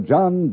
John